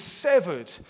severed